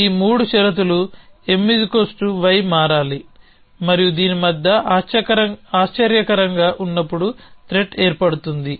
ఈ మూడు షరతులు My మారాలి మరియు దీని మధ్య ఆశ్చర్యకరంగా ఉన్నప్పుడు త్రెట్ ఏర్పడుతుంది